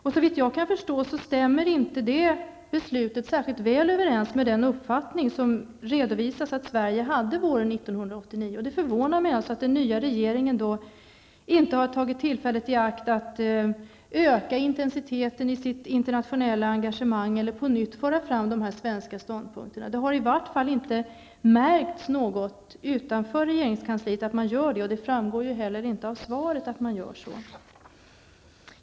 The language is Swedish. Och såvitt jag kan förstå stämmer inte detta beslut särskilt väl överens med den uppfattning som det redovisas att Sverige hade våren 1989. Det förvånar mig alltså att den nya regeringen inte har tagit tillfället i akt att öka intensiteten i sitt internationella engagemang eller att på nytt föra fram dessa svenska ståndpunkter. Det har i varje fall inte märkts utanför regeringskansliet att regeringen har gjort det. Och det framgår inte heller av svaret att regeringen har gjort det.